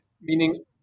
Meaning